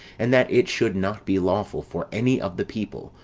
and that it should not be lawful for any of the people,